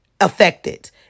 affected